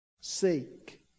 seek